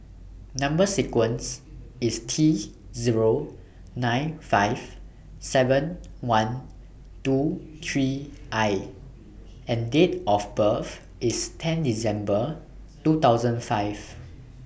Number sequence IS T Zero nine five seven one two three I and Date of birth IS ten December two thousand five